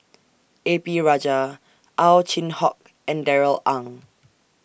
A P Rajah Ow Chin Hock and Darrell Ang